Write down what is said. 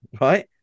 Right